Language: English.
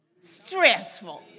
stressful